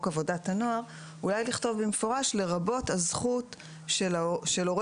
עבודת הנוער" אולי לכתוב במפורש "לרבות הזכות של הורה